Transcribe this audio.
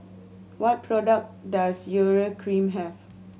what product does Urea Cream have